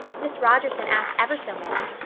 miss rogerson asked ever so many.